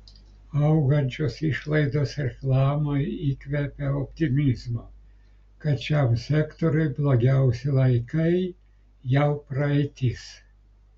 augančios išlaidos reklamai įkvepia optimizmo kad šiam sektoriui blogiausi laikai jau praeitis